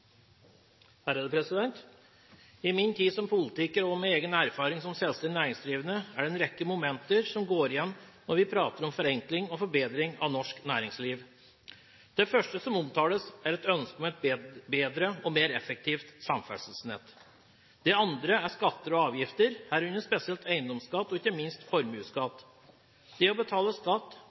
det en rekke momenter som går igjen når vi snakker om forenkling og forbedring av norsk næringsliv. Det første som omtales, er et ønske om et bedre og mer effektivt samferdselsnett. Det andre er skatter og avgifter, herunder spesielt eiendomsskatt og ikke minst formuesskatt. Å betale skatt